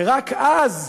ורק אז,